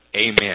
Amen